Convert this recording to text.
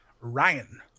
Ryan